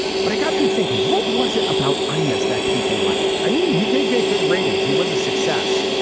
but i got to thinking, what was it about imus that people liked? i mean, he did get good ratings. he was a success.